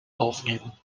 aufnehmen